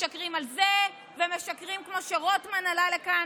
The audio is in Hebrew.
משקרים על זה ומשקרים, כמו שרוטמן עלה לכאן.